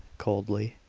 coldly.